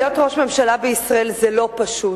להיות ראש ממשלה בישראל זה לא פשוט,